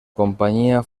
companyia